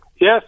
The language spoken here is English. Yes